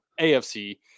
AFC